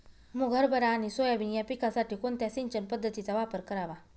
मुग, हरभरा आणि सोयाबीन या पिकासाठी कोणत्या सिंचन पद्धतीचा वापर करावा?